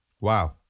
Wow